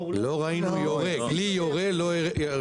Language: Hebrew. לא ראינו יורה, כלי יורה לא היה.